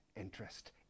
interest